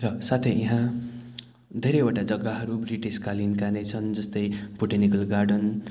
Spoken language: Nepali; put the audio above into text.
र साथै यहाँ धेरैवटा जगाहरू ब्रिटिसकालीनका नै छन् जस्तै बोटानिकल गार्डन